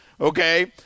okay